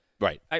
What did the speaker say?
Right